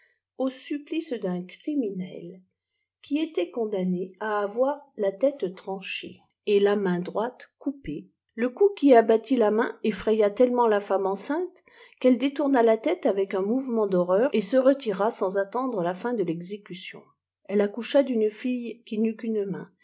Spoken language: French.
au supplice d'un criminel qui était condamné à avoir la tnain droite coupée le coupr qui abattit la main effraya telle ment la femme enceinte appelle détourna la tête avec un mouvement d'horreur et se retira sans attendre la fin de rexécutton elle accoucha d'une fille qui n'eut qu'une main